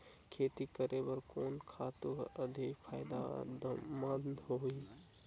खेती करे बर कोन खातु हर अधिक फायदामंद होही?